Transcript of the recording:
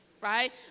right